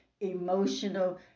emotional